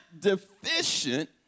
deficient